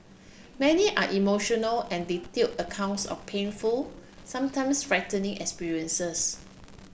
many are emotional and detailed accounts of painful sometimes frightening experiences